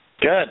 Good